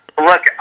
look